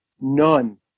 none